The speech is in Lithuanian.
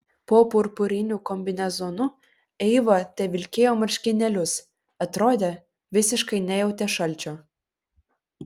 po purpuriniu kombinezonu eiva tevilkėjo marškinėlius atrodė visiškai nejautė šalčio